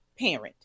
parent